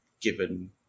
given